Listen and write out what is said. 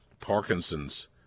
Parkinson's